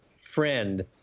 friend